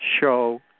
show